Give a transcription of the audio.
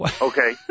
okay